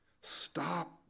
stop